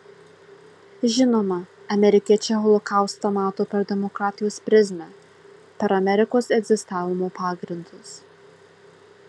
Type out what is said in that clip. žinoma amerikiečiai holokaustą mato per demokratijos prizmę per amerikos egzistavimo pagrindus